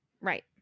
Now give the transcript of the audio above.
Right